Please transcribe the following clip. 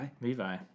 Levi